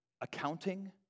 accounting